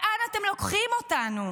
לאן אתם לוקחים אותנו?